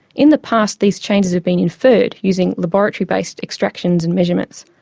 in the past these changes have been inferred using laboratory-based extractions and measurements.